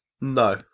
No